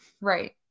Right